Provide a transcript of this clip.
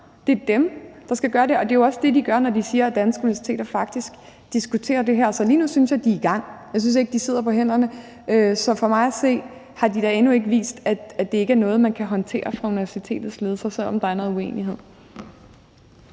Det er dem, der skal gøre det, og det er jo også det, de gør, når de siger, at danske universiteter faktisk diskuterer det her, så lige nu synes jeg de er i gang. Jeg synes ikke, de sidder på hænderne, så for mig at se, har de da endnu ikke vist, at det ikke er noget, man kan håndtere fra universitets ledelses side, selv om der er noget uenighed.